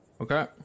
Okay